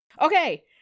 Okay